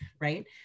right